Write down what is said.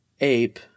ape